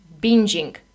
binging